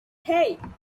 hey